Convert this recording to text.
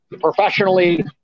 professionally